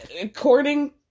according